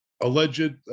alleged